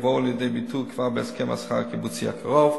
יבואו לידי ביטוי כבר בהסכם השכר הקיבוצי הקרוב.